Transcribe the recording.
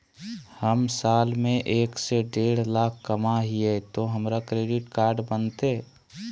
हम साल में एक से देढ लाख कमा हिये तो हमरा क्रेडिट कार्ड बनते?